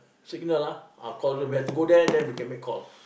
signal ah ah call zone we have go there then we can make call